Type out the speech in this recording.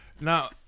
Now